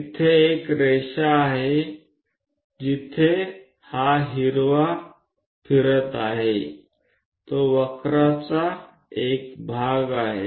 तिथे एक रेषा आहे जिथे हा हिरवा रंगाचे वर्तुळ फिरत आहे तो वक्राचा एक भाग आहे